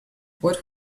what